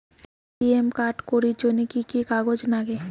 ATM card করির জন্যে কি কি কাগজ নাগে?